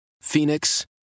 Phoenix